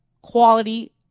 quality